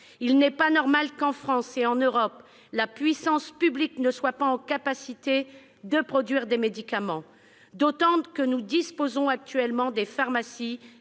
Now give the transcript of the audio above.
Il n'est pas normal que, en France et en Europe, la puissance publique ne soit plus en capacité de produire des médicaments, d'autant que nous disposons, dans les pharmacies